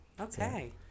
Okay